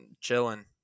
chilling